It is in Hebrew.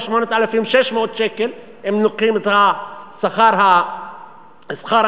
או 8,600 שקל אם לוקחים את שכר המינימום,